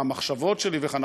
מה המחשבות שלי וכן הלאה.